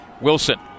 Wilson